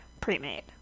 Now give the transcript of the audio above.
Pre-made